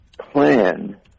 plan